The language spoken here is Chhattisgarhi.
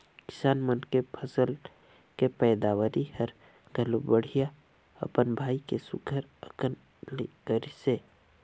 किसान मन के फसल के पैदावरी हर घलो बड़िहा अपन भाई के सुग्घर अकन ले करिसे